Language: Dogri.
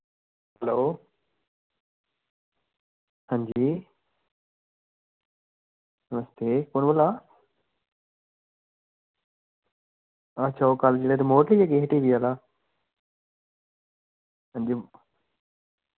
हैल्लो हां जी नमस्ते कु'न बोला दा अच्छा ओह् कल मोहित होर गे हे टी वी आह्ला हां जी